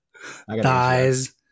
thighs